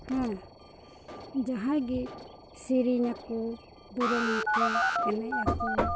ᱦᱮᱸ ᱡᱟᱦᱟᱸᱭ ᱜᱮ ᱥᱮᱨᱮᱧ ᱟᱠᱚ ᱫᱩᱨᱟᱹᱝ ᱟᱠᱚ ᱮᱱᱮᱡ ᱟᱠᱚ